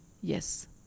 Yes